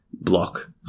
block